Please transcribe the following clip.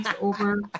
over